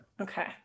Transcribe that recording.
Okay